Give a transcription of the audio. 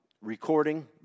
recording